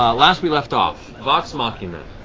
ah last we left off, vox machina,